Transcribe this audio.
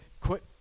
quit